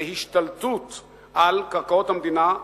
להשתלטות על קרקעות המדינה,